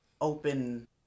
open